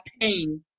pain